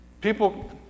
People